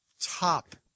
top